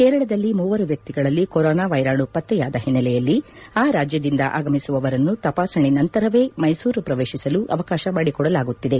ಕೇರಳದಲ್ಲಿ ಮೂವರು ವ್ಯಕ್ತಿಗಳಲ್ಲಿ ಕೊರೊನಾ ವೈರಾಣು ಪತ್ತೆಯಾದ ಹಿನ್ನೆಲೆಯಲ್ಲಿ ಆ ರಾಜ್ಯದಿಂದ ಆಗಮಿಸುವವರನ್ನು ತಪಾಸಣೆ ನಂತರವೇ ಮೈಸೂರು ಪ್ರವೇಶಿಸಲು ಅವಕಾಶ ಮಾಡಿಕೊಡಲಾಗುತ್ತಿದೆ